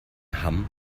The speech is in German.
hamm